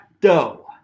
dough